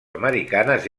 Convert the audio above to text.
americanes